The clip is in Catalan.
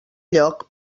lloc